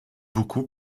beaucoup